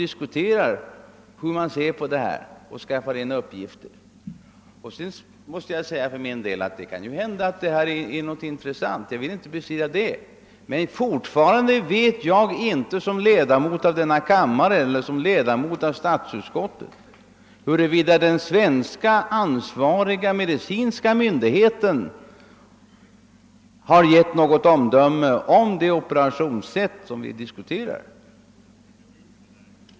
Jag vill inte bestrida att AHS” verksamhet kan vara intressant, men fortfarande vet inte jag som ledamot av denna kammare och som ledamot av statsutskottet huruvida den ansvariga svenska medicinska myndigheten har avgivit något omdöme om det operationsset som vi diskuterar.